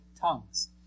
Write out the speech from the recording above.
tongues